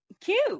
cute